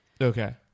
Okay